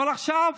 אבל עכשיו,